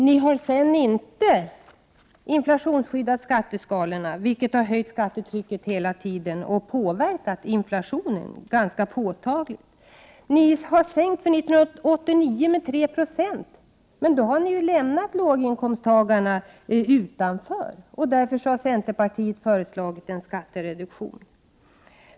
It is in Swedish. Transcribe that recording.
Ni har sedan inte inflationsskyddat skatteskalorna, vilket har höjt skattetrycket hela tiden och påverkat inflationen ganska påtagligt. Ni har för 1989 sänkt skatterna med 3 20, men då har ni lämnat låginkomsttagarna utanför. Därför har centerpartiet föreslagit en skattereduktion.